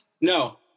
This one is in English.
No